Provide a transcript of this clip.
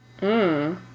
Mmm